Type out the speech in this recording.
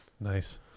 Nice